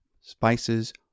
spices